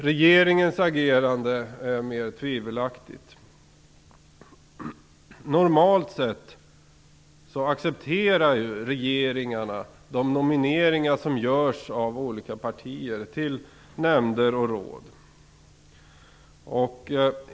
Regeringens agerande är mer tvivelaktigt. Normalt accepterar regeringen de nomineringar som görs av olika partier till nämnder och råd.